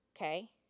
okay